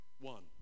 one